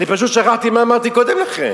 אני פשוט שכחתי מה אמרתי קודם לכן.